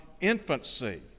infancy